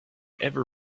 ever